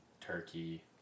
turkey